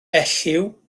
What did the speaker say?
elliw